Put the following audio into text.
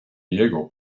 diego